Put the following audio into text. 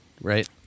Right